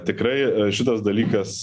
tikrai šitas dalykas